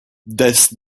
death